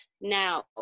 now